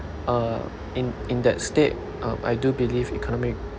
uh in in that state uh I do believe economic